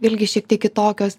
vėlgi šiek tiek kitokios